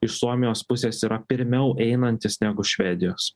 iš suomijos pusės yra pirmiau einantis negu švedijos